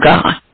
God